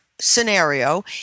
scenario